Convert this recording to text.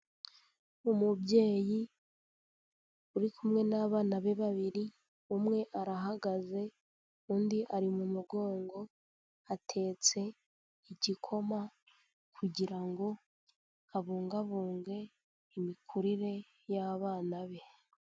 Umubyeyi uri kumwe n'abana be babiri, umwe arahagaze undi ari mu mugongo, atetse igikoma kugira ngo abungabunge imikurire y'abana be.